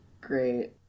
Great